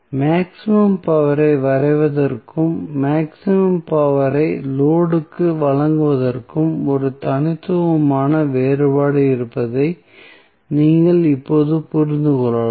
maximum power ஐ வரைவதற்கும் maximum power ஐ லோடு க்கு வழங்குவதற்கும் ஒரு தனித்துவமான வேறுபாடு இருப்பதை நீங்கள் இப்போது புரிந்து கொள்ளலாம்